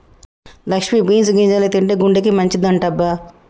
Lakshmi beans గింజల్ని తింటే గుండెకి మంచిదంటబ్బ